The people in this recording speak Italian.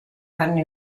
anni